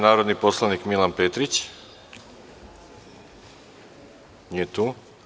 Narodni poslanik Milan Petrić nije tu.